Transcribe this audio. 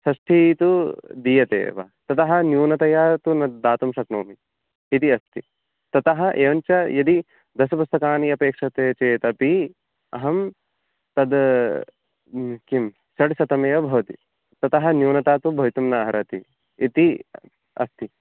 षष्टिः तु दीयते एव ततः न्यूनतया तु न दातुं शक्नोमि यदि अस्ति ततः एवञ्च यदि दश पुस्तकानि अपेक्ष्यन्ते चेदपि अहं तद् किं षड्शतमेव भवति ततः न्यूनता तु भवितुं नार्हति इति अस्ति